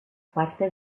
parte